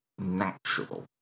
natural